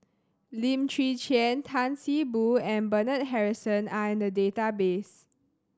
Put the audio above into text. Lim Chwee Chian Tan See Boo and Bernard Harrison are in the database